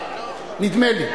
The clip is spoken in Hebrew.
נדמה לי.